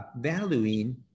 valuing